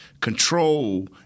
control